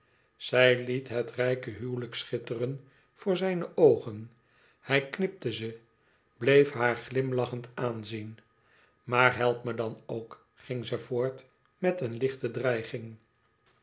zij liet het rijke huwelijk schitteren voor zijne oogen hij knipte ze bleef haar glimlachend aanzien maar help me dan ook ging ze voort met een lichte dreiging